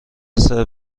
سرو